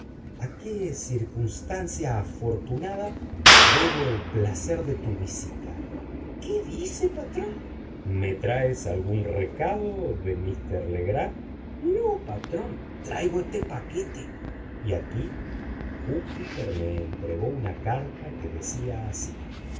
a qué circunstancia afortunada debo el placer de tu visita qué dise patrón me traes algún recado de mr legrand no patrón traigo ete paquete y aquí júpiter me entregó una carta que decía así